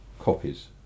copies